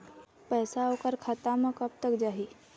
पैसा ओकर खाता म कब तक जाही?